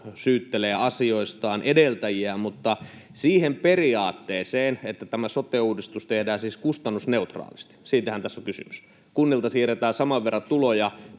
syyttelee asioistaan edeltäjiään, mutta sitä periaatetta, että sote-uudistus tehdään kustannusneutraalisti — siitähän tässä on kysymys, että kunnilta siirretään saman verran tuloja